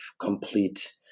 complete